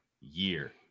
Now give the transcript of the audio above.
year